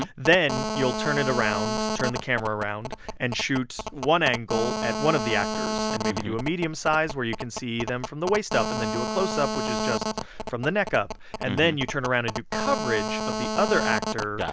then you'll turn it around, turn the camera around, and shoot one angle at one of the actors and maybe to a medium size where you can see them from the waist up and then do a close-up, which is just from the neck up. and then you turn around and do coverage of the other actor. got